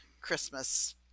Christmas